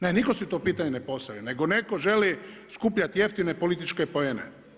Ne nitko si to pitanje ne postavlja, nego netko želi skupljati jeftine političke poene.